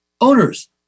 Owners